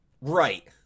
Right